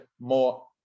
more